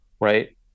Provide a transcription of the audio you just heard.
right